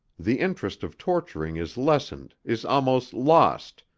the interest of torturing is lessened, is almost lost,